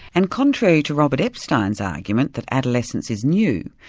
and contrary to robert epstein's argument that adolescence is new,